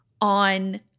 on